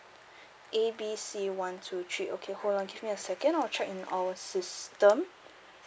A B C one two three okay hold on give me a second I'll check in our system